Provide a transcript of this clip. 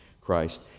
christ